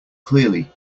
clearly